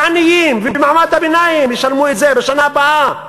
העניים ומעמד הביניים ישלמו את זה בשנה הבאה.